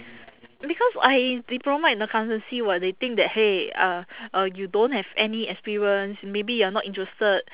because I diploma in accountancy [what] they think that !hey! uh uh you don't have any experience maybe you're not interested